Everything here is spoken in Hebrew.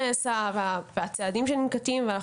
שנעשה והצעדים שננקטים בגופים הביטחוניים ביניהם גם שב"ס,